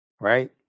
Right